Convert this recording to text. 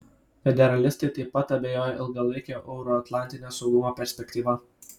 federalistai taip pat abejoja ilgalaike euroatlantinio saugumo perspektyva